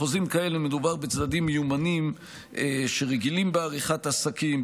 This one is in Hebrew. בחוזים כאלה מדובר בצדדים מיומנים שרגילים בעריכת עסקים,